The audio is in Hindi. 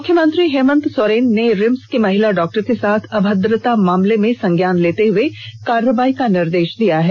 मुख्यमंत्री हेमंत सोरेन ने रिम्स की महिला डॉक्टर के साथ अभद्रता ममाले में संज्ञान लेते हए कार्रवाई का निर्देश दिया है